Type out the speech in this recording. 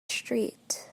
street